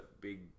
big